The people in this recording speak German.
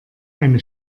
eine